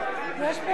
מס' 6941,